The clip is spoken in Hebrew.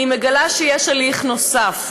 היא מגלה שיש הליך נוסף,